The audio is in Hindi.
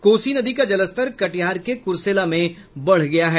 कोसी नदी का जलस्तर कटिहार के कुरसेला में बढ गया है